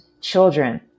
children